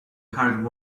hard